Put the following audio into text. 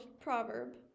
proverb